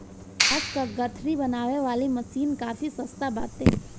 घास कअ गठरी बनावे वाली मशीन काफी सस्ता बाटे